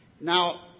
now